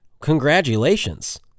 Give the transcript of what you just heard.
Congratulations